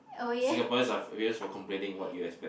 Singaporeans are famous for complaining what do you expect